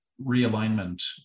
realignment